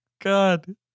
god